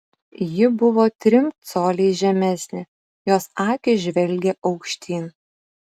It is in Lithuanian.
ji buvo trim coliais žemesnė jos akys žvelgė aukštyn